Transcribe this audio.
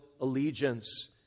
allegiance